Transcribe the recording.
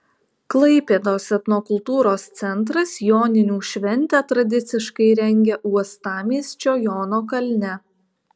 klaipėdos etnokultūros centras joninių šventę tradiciškai rengia uostamiesčio jono kalne